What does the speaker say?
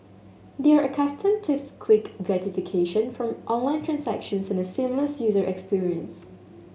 they are accustomed quick gratification from online transactions and a seamless user experience